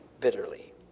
bitterly